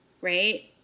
Right